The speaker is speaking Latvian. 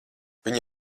viņa